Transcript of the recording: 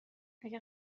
اگر